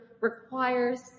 requires